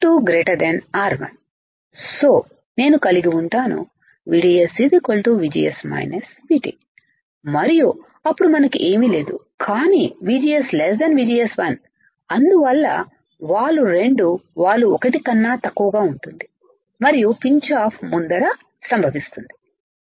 so నేను కలిగి ఉంటాను VDS VGS VT మరియు అప్పుడు మనకు ఏమీ లేదు కానీ VGS VGS1 అందువల్ల వాలు 2 వాలు 1 కన్నా తక్కువగా ఉంటుంది మరియు పించ్ ఆఫ్ ముందర సంభవిస్తుంది